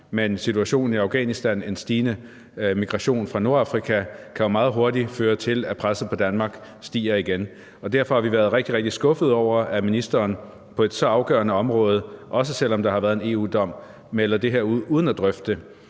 men situationen i Afghanistan og en stigende migration fra Nordafrika kan jo meget hurtigt føre til, at presset på Danmark stiger igen, og derfor har vi været rigtig, rigtig skuffede over, at ministeren på et så afgørende område, også selv om der har været en EU-dom, melder det her ud uden at drøfte